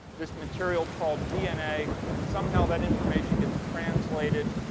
this material called dna. and somehow that information gets translated,